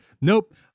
Nope